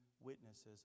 witnesses